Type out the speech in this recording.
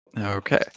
Okay